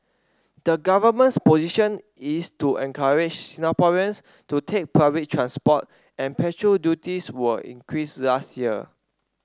the government's position is to encourage Singaporeans to take public transport and petrol duties were increased last year